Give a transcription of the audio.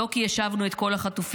לא כי השבנו את כל החטופים,